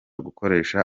gukoresha